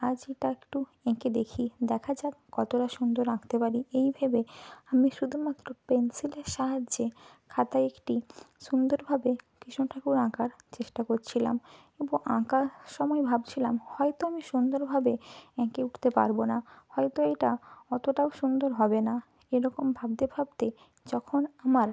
আজ এটা একটু এঁকে দেখি দেখা যাক কতোটা সুন্দর আঁকতে পারি এই ভেবে আমি শুধুমাত্র পেন্সিলের সাহায্যে খাতায় একটি সুন্দরভাবে কৃষ্ণ ঠাকুর আঁকার চেষ্টা করছিলাম এবং আঁকার সময় ভাবছিলাম হয়তো আমি সুন্দরভাবে এঁকে উঠতে পারবো না হয়তো এটা অতটাও সুন্দর হবে না এরকম ভাবতে ভাবতে যখন আমার